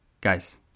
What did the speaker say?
guys